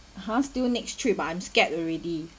!huh! still next trip ah I'm scared already